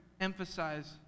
emphasize